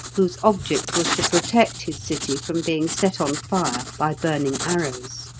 whose object was to protect his city from being set on fire by burning arrows.